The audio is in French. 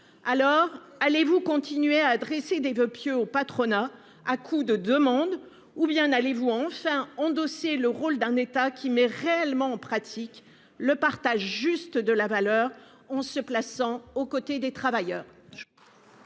alors allez-vous continuer à adresser des voeux pieux au patronat à coups de demande ou bien allez-vous enfin endosser le rôle d'un État qui met réellement pratique le partage juste de la valeur on se plaçant aux côtés des travailleurs.